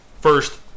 first